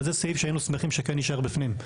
וזה סעיף שהיינו שמחים שכן יישאר בפנים.